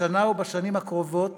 השנה ובשנים הקרובות